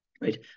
right